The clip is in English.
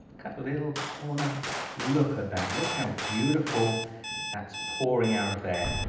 cut a little corner look at that look how beautiful thats pouring out of there